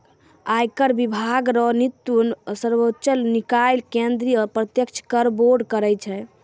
आयकर विभाग रो नेतृत्व सर्वोच्च निकाय केंद्रीय प्रत्यक्ष कर बोर्ड करै छै